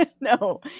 No